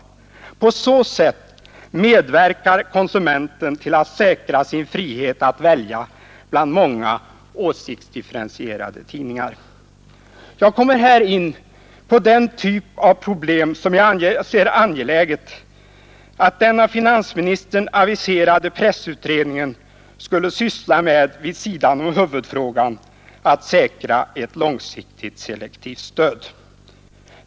På så sätt medverkar konsumenten till att säkra sin frihet att välja bland många åsiktsdifferentierade tidningar. Jag kommer här in på den typ av problem som jag anser angeläget att den av finansministern aviserade pressutredningen skulle syssla med vid sidan om huvudfrågan att säkra ett långsiktigt selektivt stöd.